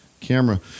camera